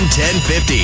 1050